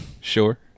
Sure